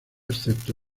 excepto